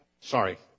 sorry